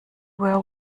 were